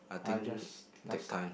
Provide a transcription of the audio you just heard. I just